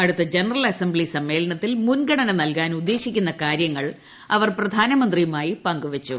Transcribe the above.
അടുത്ത general assembly സമ്മേളനത്തിൽ മുൻഗണന നൽകാൻ ഉദ്ദേശിക്കുന്ന കാര്യങ്ങൾ അവർ പ്രധാനമന്ത്രിയുമായി പങ്കു വെച്ചു